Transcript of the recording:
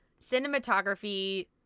cinematography